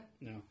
No